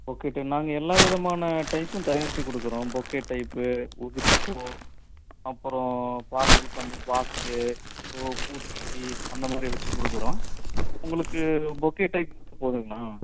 bouquet type நாங்கள் எல்லா விதமான டைப்பும் தயாரித்து கொடுக்குறோம் பொக்கே டைப்பு உதிரிப்பூ அப்புறம் பார்சல் பண்ணி பாக்ஸு அப்புறம் பூ தொட்டி அந்தமாதிரி வைச்சு கொடுக்குறோம் உங்களுக்கு பொக்கே டைப் போதுங்களா